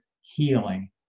healing